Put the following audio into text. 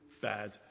bad